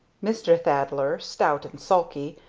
mr. thaddler, stout and sulky,